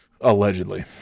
Allegedly